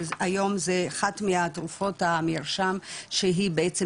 שהיום זה אחת מהתרופות המרשם שהיא בעצם